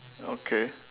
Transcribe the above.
okay